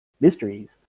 mysteries